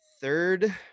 Third